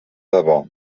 debò